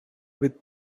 with